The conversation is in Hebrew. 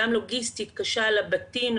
גם לוגיסטית קשה לבתים,